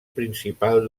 principal